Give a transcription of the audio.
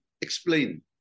explain